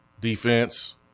Defense